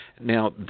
Now